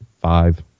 five